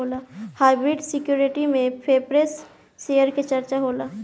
hybrid security में preference share के चर्चा होला